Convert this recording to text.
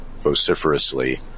vociferously